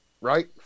right